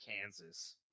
Kansas